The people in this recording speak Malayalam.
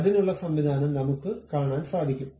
അതിനുള്ള സംവിധാനം നമുക്ക് കാണാൻ സാധിക്കും